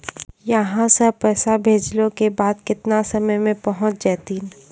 यहां सा पैसा भेजलो के बाद केतना समय मे पहुंच जैतीन?